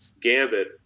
Gambit